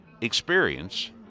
experience